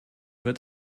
wird